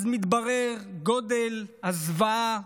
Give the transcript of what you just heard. אז מתברר גודל הזוועה